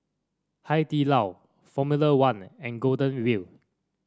Hai Di Lao Formula One and Golden Wheel